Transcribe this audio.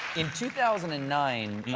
in two thousand and nine,